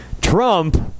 Trump